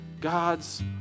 God's